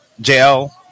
JL